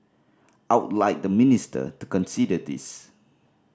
I would like the minister to consider this